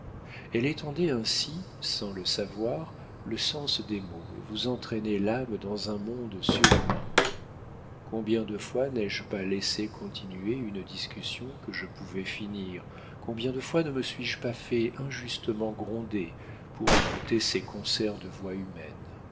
elle étendait ainsi sans le savoir le sens des mots et vous entraînait l'âme dans un monde surhumain combien de fois n'ai-je pas laissé continuer une discussion que je pouvais finir combien de fois ne me suis-je pas fait injustement gronder pour écouter ces concerts de voix humaine